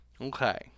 Okay